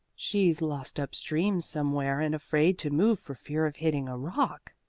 she's lost up stream somewhere and afraid to move for fear of hitting a rock,